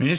Kl.